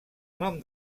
nom